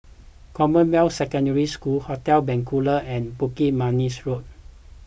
Commonwealth Secondary School Hotel Bencoolen and Bukit Manis Road